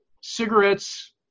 cigarettes